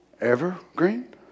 evergreen